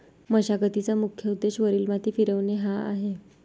मशागतीचा मुख्य उद्देश वरील माती फिरवणे हा आहे